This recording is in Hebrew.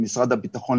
למשרד הביטחון,